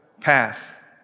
path